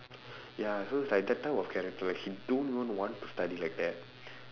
ya so it's like that type of character she don't even want to study like that